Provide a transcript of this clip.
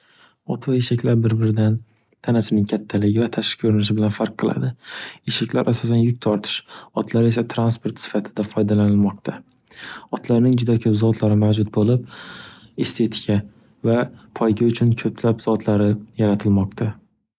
Ot va eshaklar bir-biridan tanasining kattaligi va tashki ko'rinishi bilan farq qiladi. Eshaklar asosan yuk tortish, otlar esa transport sifatida foydalanilmoqda. Otlarning juda ko'p zotlari mavjud bo'lib, estetika va poyga uchun ko'plab zotlari yaratilmoqda.